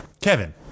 Kevin